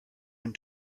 own